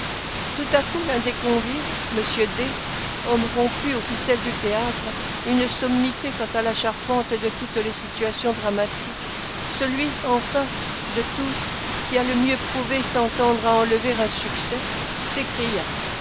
tout à coup l'un des convives m d homme rompu aux ficelles du théâtre une sommité quant à la charpente de toutes les situations dramatiques celui enfin de tous qui a le mieux prouvé s'entendre à enlever un succès s'écria